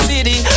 City